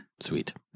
Sweet